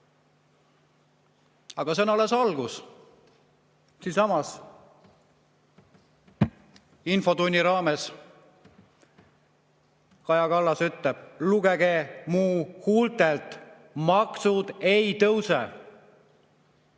Aga see on alles algus. Siinsamas infotunnis Kaja Kallas ütles: "Lugege mu huultelt: maksud ei tõuse."